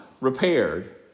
repaired